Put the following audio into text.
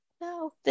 no